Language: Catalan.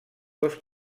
dos